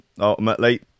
ultimately